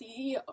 CEO